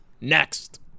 Next